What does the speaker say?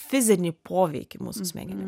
fizinį poveikį mūsų smegenim